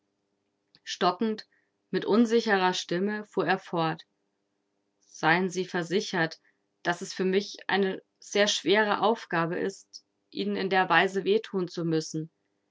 stockend mit unsicherer stimme fuhr er fort seien sie versichert daß es für mich eine sehr schwere aufgabe ist ihnen in der weise weh thun zu müssen